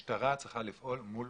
המשטרה צריכה לפעול מול